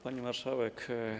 Pani Marszałek!